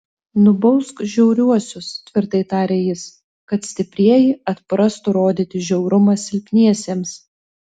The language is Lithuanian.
nubausk žiauriuosius tvirtai tarė jis kad stiprieji atprastų rodyti žiaurumą silpniesiems